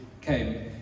came